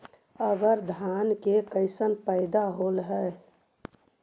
अबर धान के कैसन पैदा होल हा?